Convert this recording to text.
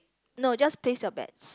no just place your bets